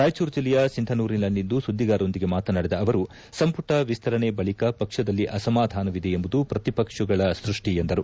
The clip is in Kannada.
ರಾಯಚೂರು ಜಿಲ್ಲೆಯ ಸಿಂಧನೂರಿನಲ್ಲಿಂದು ಸುದ್ದಿಗಾರರೊಂದಿಗೆ ಮಾತನಾಡಿದ ಅವರು ಸಂಪುಟ ವಿಸ್ತರಣೆ ಬಳಿಕ ಪಕ್ಷದಲ್ಲಿ ಅಸಮಾಧಾನವಿದೆ ಎಂಬುದು ಪ್ರತಿಪಕ್ಷಗಳ ಸೃಷ್ಟಿ ಎಂದರು